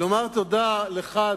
לומר תודה לך,